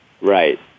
Right